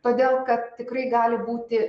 todėl kad tikrai gali būti